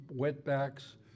wetbacks